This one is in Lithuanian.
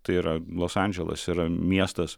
tai yra los andželas yra miestas